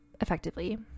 effectively